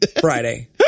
Friday